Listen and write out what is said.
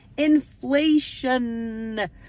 inflation